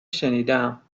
شنیدم